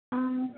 अ